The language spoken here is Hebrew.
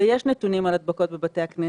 ויש נתונים על הדבקות בבתי הכנסת.